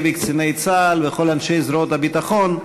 וקציני צה"ל וכל אנשי זרועות הביטחון,